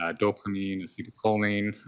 ah dopamine, acetylcholine.